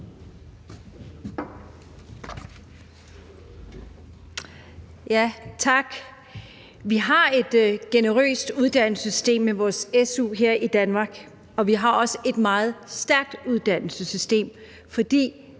Tak. Vi har et generøst uddannelsessystem med vores su her i Danmark, og vi har også et meget stærkt uddannelsessystem, for